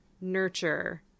nurture